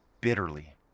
bitterly